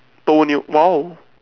toenail !wow!